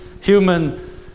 human